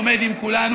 עומד עם כולנו,